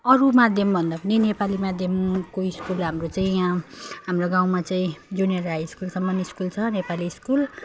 अरू माध्यम भन्दा पनि नेपाली माध्यमको स्कुल हाम्रो चाहिँ यहाँ हाम्रो गाउँमा चाहिँ जुनियर हाई स्कुलसम्म स्कुल छ नेपाली स्कुल